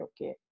okay